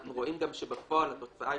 אנחנו רואים גם שבפועל התוצאה היא